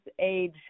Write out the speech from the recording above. age